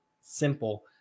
simple